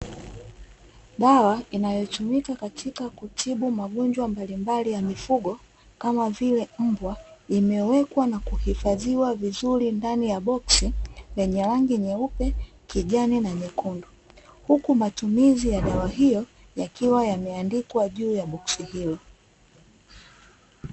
Dawa inayotumika katika kutibu magonjwa mbalimbali ya mifugo kama vile mbwa, imewekwa na kuhifadhiwa vizuri ndani ya boski lenye rangi nyeupe, kijani na nyekundu, huku matumizi ya dawa hiyo yakiwa yameandikwa juu ya boski hilo.